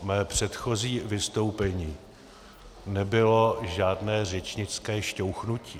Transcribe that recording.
Mé předchozí vystoupení nebylo žádné řečnické šťouchnutí.